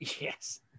Yes